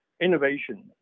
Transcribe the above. innovation